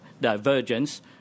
divergence